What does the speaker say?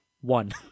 one